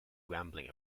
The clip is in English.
rambling